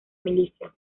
milicias